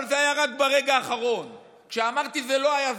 אבל זה היה רק ברגע האחרון וכשאמרתי שזה לא היה,